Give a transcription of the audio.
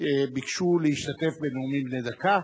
ביקשו להשתתף בנאומים בני דקה.